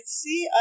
see